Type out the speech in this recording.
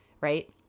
right